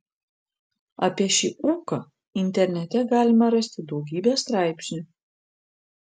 apie šį ūką internete galima rasti daugybę straipsnių